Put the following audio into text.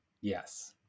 yes